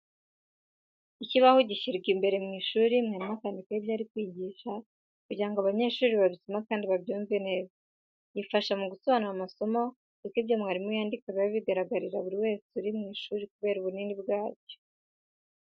Ikibaho gishyirwa imbere mu ishuri mwarimu akandikaho ibyo ari kwigisha, kugira ngo abanyeshuri babisome kandi banabyumve neza. Gifasha mu gusobanura amasomo kuko ibyo mwarimu yandika biba bigaragarira buri wese uri mu ishuri kubera ubunini bwacyo.